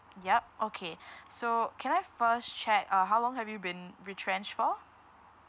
yup okay so can I first check uh how long have you been retrenched for